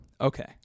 Okay